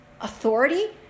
authority